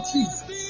Jesus